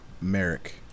Merrick